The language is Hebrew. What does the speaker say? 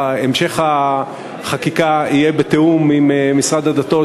המשך החקיקה יהיה בתיאום עם משרד הדתות,